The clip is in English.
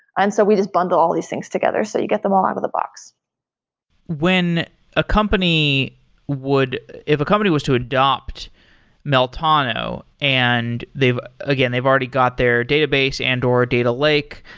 and so we just bundle all these things together, so you get them all out of the box when a company would if a company was to adopt meltano and they've again, they've already got their database and or data lake,